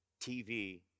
TV